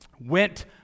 went